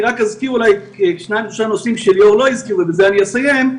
אני רק אזכיר שניים-שלושה נושאים שליאור לא הזכיר ובזה אני אסיים.